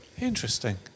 Interesting